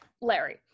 Larry